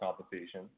compensation